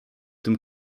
tym